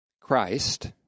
Christ